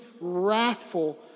wrathful